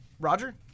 Roger